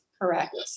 Correct